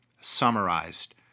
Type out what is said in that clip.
summarized